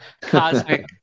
Cosmic